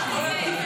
אתה יכול להגיד?